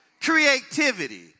creativity